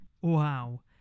Wow